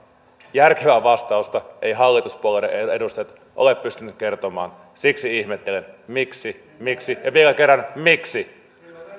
järkevää vastausta eivät hallituspuolueiden edustajat ole pystyneet kertomaan siksi ihmettelen miksi miksi ja vielä kerran miksi arvoisa